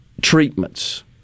treatments